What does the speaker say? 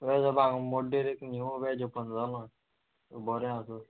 veg हेपय हांगा मोड्डेर एक न्यू वॅज ऑपन जाला बरें आसा